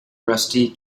rusty